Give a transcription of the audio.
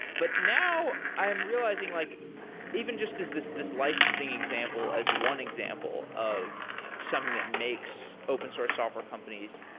but, now, i am realizing like even just as this this licensing example as one example of something that makes open source software companies,